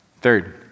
Third